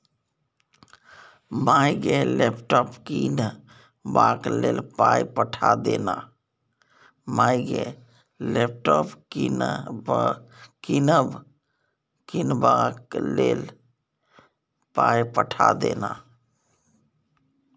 माय गे लैपटॉप कीनबाक लेल पाय पठा दे न